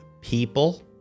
people